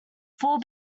four